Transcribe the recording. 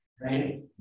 right